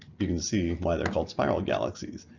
you can see why they're called spiral galaxies.